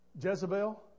Jezebel